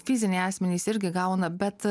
fiziniai asmenys irgi gauna bet